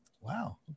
Wow